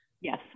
Yes